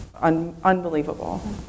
unbelievable